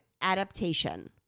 adaptation